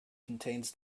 contains